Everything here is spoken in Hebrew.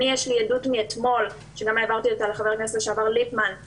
יש לי עדות מאתמול שגם העברתי אותה לחבר הכנסת לשעבר ליפמן,